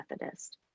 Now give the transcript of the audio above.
Methodist